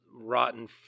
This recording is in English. rotten